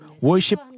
worship